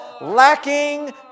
lacking